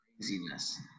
Craziness